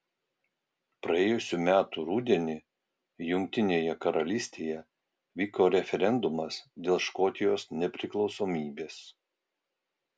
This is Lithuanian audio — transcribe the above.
praėjusių metų rudenį jungtinėje karalystėje vyko referendumas dėl škotijos nepriklausomybės